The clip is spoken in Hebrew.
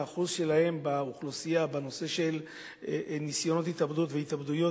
האחוז שלהם באוכלוסייה בנושא של ניסיונות התאבדות והתאבדויות,